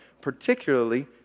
particularly